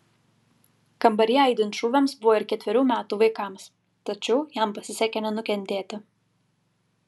kambaryje aidint šūviams buvo ir ketverių metų vaikams tačiau jam pasisekė nenukentėti